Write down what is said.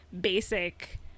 basic